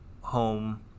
home